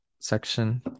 section